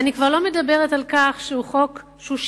ואני כבר לא מדברת על כך שהוא חוק שקרי,